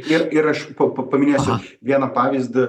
ir ir aš tuoj pat paminėsiu vieną pavyzdį